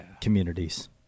communities